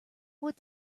what